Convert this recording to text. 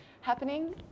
happening